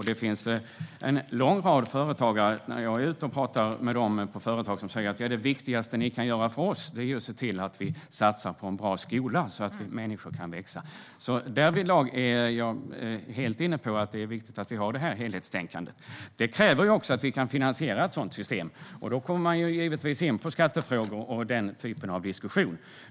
När jag är ute och pratar med företagare säger de: Det viktigaste ni kan göra för oss är att satsa på en bra skola, så att människor kan växa. Därvidlag är jag helt inne på att det är viktigt att vi har ett helhetstänkande. Det kräver också att vi kan finansiera ett sådant system. Då kommer man givetvis in på skattefrågor och den typen av diskussion.